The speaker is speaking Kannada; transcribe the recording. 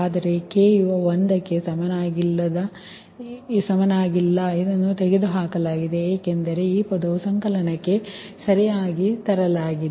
ಆದರೆ k≠1ಅನ್ನು ಈಗ ತೆಗೆದುಹಾಕಲಾಗಿದೆ ಏಕೆಂದರೆ ಈ ಪದವನ್ನು ಸಂಕಲನಕ್ಕೆ ಸರಿಯಾಗಿ ತರಲಾಗಿದೆ